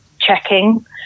checking